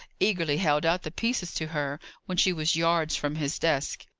eagerly held out the pieces to her when she was yards from his desk.